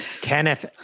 Kenneth